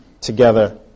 together